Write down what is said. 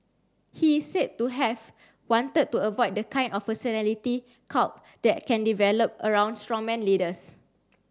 he is said to have wanted to avoid the kind of personality cult that can develop around strongman leaders